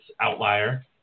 outlier